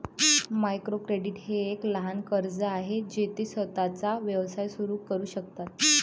micro credit हे एक लहान कर्ज आहे जे ते स्वतःचा व्यवसाय सुरू करू शकतात